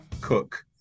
cook